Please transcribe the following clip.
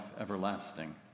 everlasting